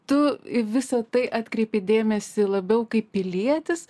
tu į visa tai atkreipi dėmesį labiau kaip pilietis